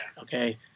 Okay